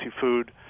food